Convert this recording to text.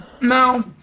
No